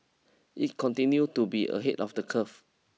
it continue to be ahead of the curve